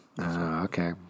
Okay